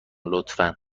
لطفا